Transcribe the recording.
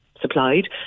supplied